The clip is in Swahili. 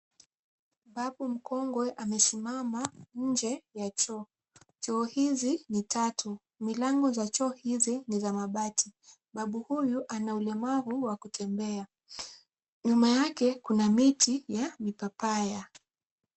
Babu mkongwe amesimama nje ya choo, choo hizi ni tatu, milango ya choo hizi ni za mabati , babu huyu ana ulemavu wa kutembea. Nyuma yake kuna miti ya mipapaya.